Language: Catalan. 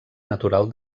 natural